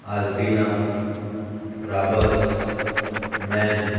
आल्पिना राबस मॅन